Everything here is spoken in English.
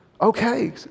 Okay